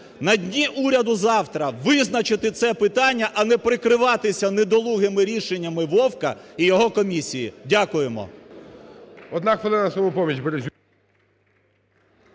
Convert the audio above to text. на Дні Уряду завтра визначити це питання, а не прикриватися недолугими рішеннями Вовка і його комісії. Дякуємо.